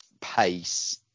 pace